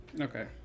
Okay